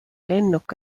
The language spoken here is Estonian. lennuk